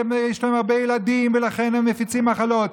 יש להם הרבה ילדים ולכן הם מפיצים מחלות.